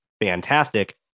fantastic